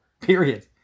Period